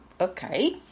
okay